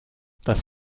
das